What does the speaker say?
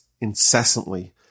incessantly